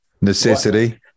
Necessity